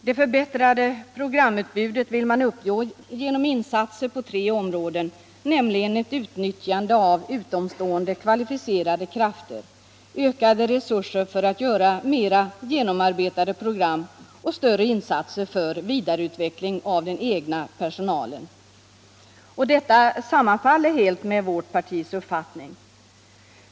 Det förbättrade programutbudet vill man uppnå genom insatser på tre områden, nämligen för utnyttjande av utomstående, kvalificerade krafter, för mera genomarbetade program och för vidareutveckling av den egna personalen. Detta sammanfaller helt med vårt partis uppfattning.